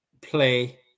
play